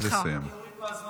חייבת לסיים.